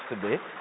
today